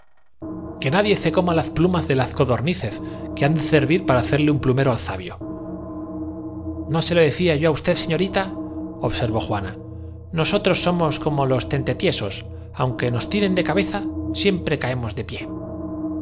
que nadie ce coma laz plumaz de laz codornicez que han de cervir para hacerle un plumero al zabio no se lo decía yo á usted señorita observó juana nosotros somos como los tentetiesos aunque nos tiren de cabeza siempre caemos de pié